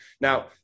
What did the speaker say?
Now